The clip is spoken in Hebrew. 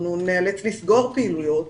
אנחנו נאלץ לסגור פעילויות